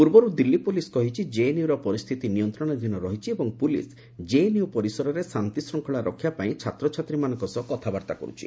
ପୂର୍ବରୁ ଦିଲ୍ଲୀ ପୋଲିସ୍ କହିଛି ଜେଏନୟୁର ପରିସ୍ଥିତି ନିୟନ୍ତ୍ରଣାଧୀନ ରହିଛି ଏବଂ ପୋଲିସ୍ ଜେଏନ୍ୟୁ ପରିସରରେ ଶାନ୍ତିଶୃଙ୍ଖଳା ରକ୍ଷା ପାଇଁ ଛାତ୍ରଛାତ୍ରୀମାନଙ୍କ ସହ କଥାବାର୍ତ୍ତା କର୍ ଛି